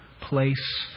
place